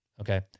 okay